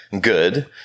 good